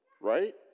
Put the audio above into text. Right